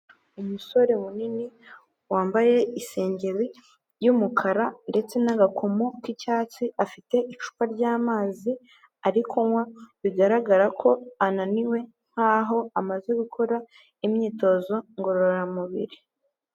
Umusore munini wambaye isengeri y'umukara ndetse n'agakomo k'icyatsi, afite icupa ry'amazi ari kunywa bigaragara ko ananiwe nkaho amaze gukora imyitozo ngororamubiri.